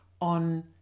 on